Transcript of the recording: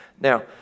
Now